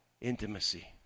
Intimacy